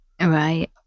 Right